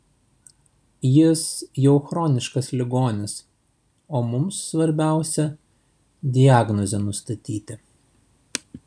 jis jau chroniškas ligonis o mums svarbiausia diagnozę nustatyti